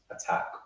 attack